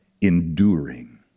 enduring